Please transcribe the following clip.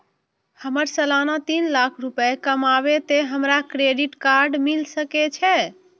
हमर सालाना तीन लाख रुपए कमाबे ते हमरा क्रेडिट कार्ड मिल सके छे?